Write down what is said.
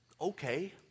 okay